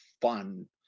fun